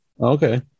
Okay